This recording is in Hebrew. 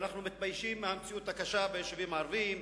אמרו שאנו מתביישים במציאות הקשה ביישובים הערביים,